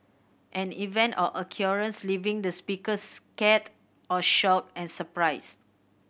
an event or occurrence leaving the speaker scared or shocked and surprised